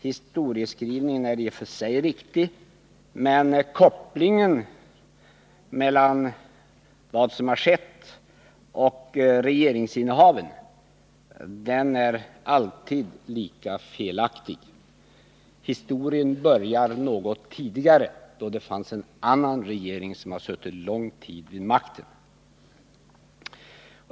Historieskrivningen är i och för sig riktig, men kopplingen mellan vad som har skett och regeringsinnehaven är alltid lika felaktig. Historien börjar något tidigare, då det fanns en annan regering som suttit lång tid vid makten.